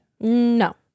No